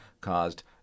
caused